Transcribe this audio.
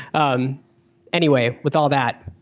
um anyway, with all that,